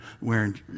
wearing